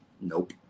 Nope